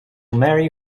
marry